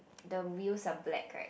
the wheels are black right